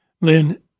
Lynn